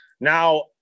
now